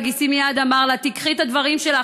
וגיסי מייד אמר לה: תיקחי את הדברים שלך,